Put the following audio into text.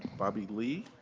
bobby lee.